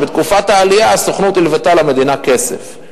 שבתקופת העלייה הסוכנות הלוותה למדינה כסף.